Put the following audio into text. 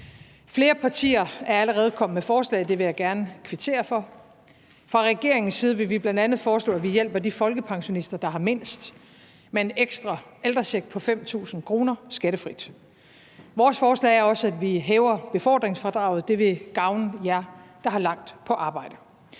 Flere partier er allerede kommet med forslag, og det vil jeg gerne kvittere for. Fra regeringens side vil vi bl.a. foreslå, at vi hjælper de folkepensionister, der har mindst, med en ekstra ældrecheck på 5.000 kr. skattefrit. Vores forslag er også, at vi hæver befordringsfradraget. Det vil gavne jer, der har langt til arbejde.